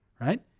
Right